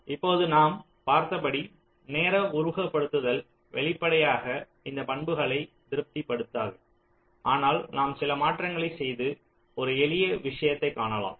இப்போது நாம் பார்த்தபடி நேர உருவகப்படுத்துதல் வெளிப்படையாக இந்த பண்புகளை திருப்திப்படுத்தாது ஆனால் நாம் சில மாற்றங்களைச் செய்து ஒரு எளிய விஷயத்தைக் காணலாம்